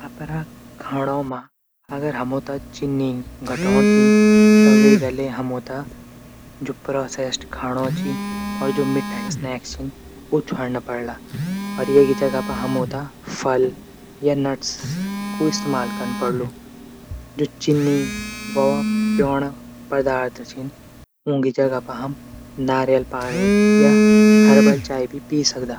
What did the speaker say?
अगर अपड खांणू मा चीनी घटौण च त वेकली हमत जो प्रोस्टेट खाणू च मिठा स्नैक छन ऊ छुण पडला। येकी जगह हम फल या नटस कु ईस्तेमाल कन पडलू। जू चीनी वोलू पीणा पदार्थ छन ऊंकी जगह हम नारियल पाणि या हर्बल टी भी पी सकदा।